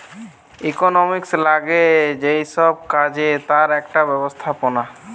economics লাগে যেই সব কাজে তার একটা ব্যবস্থাপনা